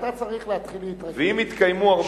ואם יתקיימו הרבה,